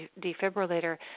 defibrillator